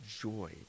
joy